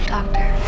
Doctor